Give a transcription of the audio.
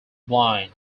blind